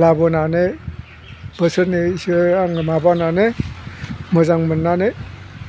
लाबोनानै बोसोरनैसो आङो माबानानै मोजां मोननानै